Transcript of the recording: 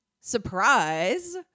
Surprise